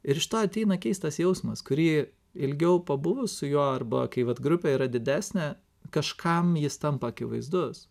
ir iš to ateina keistas jausmas kurį ilgiau pabuvus su juo arba kai vat grupė yra didesnė kažkam jis tampa akivaizdus